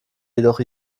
jedoch